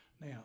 Now